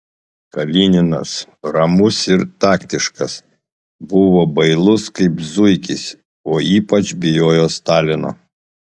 kalininas ramus ir taktiškas buvo bailus kaip zuikis o ypač bijojo stalino